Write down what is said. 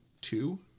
two